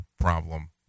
problem